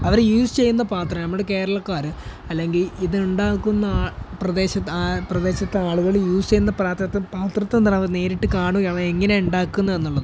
അവർ use ചെയ്യുന്ന പാത്രം നമ്മുടെ കേരളക്കാർ അല്ലെങ്കിൽ ഇതുണ്ടാക്കുന്ന പ്രദേശത്ത് ആ പ്രദേശത്തെ ആളുകൾ യൂസ് ചെയ്യുന്ന പാത്രത്തെ എന്താണ് അവർ നേരിട്ട് കാണുകയും അവ എങ്ങനെയാണ് ഉണ്ടാക്കുന്നത് എന്നുള്ളത്